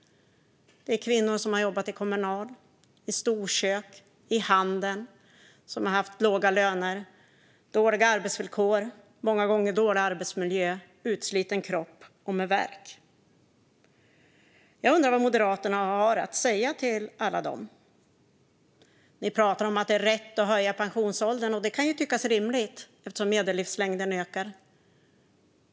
Det är kvinnor som har jobbat kommunalt, i storkök och i handel och haft låga löner, dåliga arbetsvillkor och många gånger dålig arbetsmiljö. De har utslitna kroppar och värk. Jag undrar vad Moderaterna har att säga till alla dem. Ni pratar om att det är rätt att höja pensionsåldern, och det kan ju tyckas rimligt eftersom medellivslängden ökar.